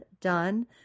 done